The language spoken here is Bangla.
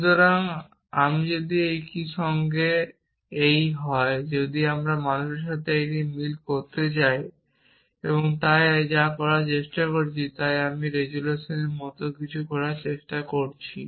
সুতরাং আমি যদি একটি সঙ্গে এই হয় যদি আমি মানুষের সাথে এই মিল করতে চাই তাই আমি যা করার চেষ্টা করছি আমি রেজোলিউশনের মতো কিছু করার চেষ্টা করছি